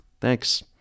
Thanks